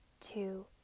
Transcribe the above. two